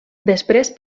després